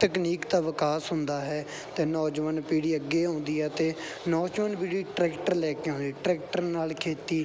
ਤਕਨੀਕ ਦਾ ਵਿਕਾਸ ਹੁੰਦਾ ਹੈ ਅਤੇ ਨੌਜਵਾਨ ਪੀੜ੍ਹੀ ਅੱਗੇ ਆਉਂਦੀ ਹੈ ਅਤੇ ਨੌਜਵਾਨ ਪੀੜ੍ਹੀ ਟਰੈਕਟਰ ਲੈ ਕੇ ਆਉਂਦੀ ਟਰੈਕਟਰ ਨਾਲ ਖੇਤੀ